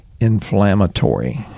inflammatory